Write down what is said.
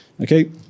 Okay